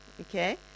Okay